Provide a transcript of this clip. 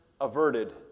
averted